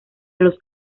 los